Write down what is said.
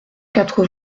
quatre